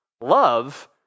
love